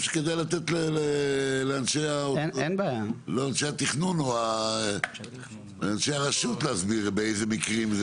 שכדאי לתת לאנשי התכנון או אנשי הרשות להסביר באיזה מקרים זה.